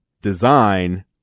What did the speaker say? design